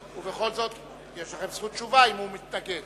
ובכל זאת יש לכם זכות תשובה אם הוא מתנגד.